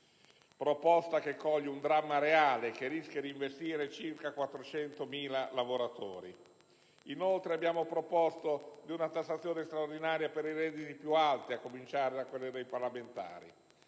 proposta che coglie un dramma reale che rischia di investire circa 400.000 lavoratori. Inoltre, abbiamo proposto una tassazione straordinaria per i redditi più alti, a cominciare da quelli dei parlamentari.